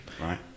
right